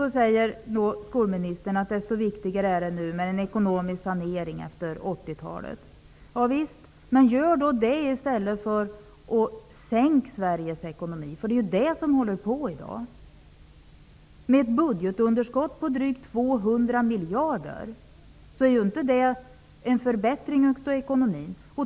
Sedan säger skolministern att det är desto viktigare med en ekonomisk sanering efter 80-talet. Ja visst, men gör då en sådan i stället för att sänka Sveriges ekonomi. Det är ju det som håller på att ske i dag, när vi har ett budgetunderskott på drygt 200 miljarder. Det är ju inte precis någon förbättring av ekonomin.